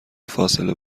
فاصله